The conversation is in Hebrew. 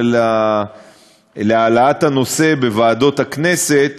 להעלאת הנושא בוועדות הכנסת